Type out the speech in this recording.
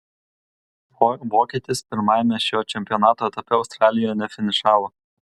vokietis pirmajame šio čempionato etape australijoje nefinišavo